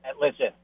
Listen